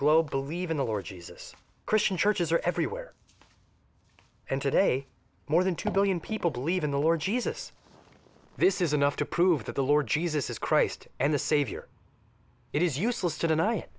globe believe in the lord jesus christian churches are everywhere and today more than two billion people believe in the lord jesus this is enough to prove that the lord jesus is christ and the savior it is useless to